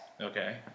Okay